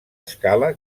escala